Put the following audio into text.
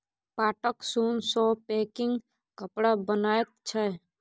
पाटक सोन सँ पैकिंग कपड़ा बनैत छै